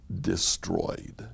destroyed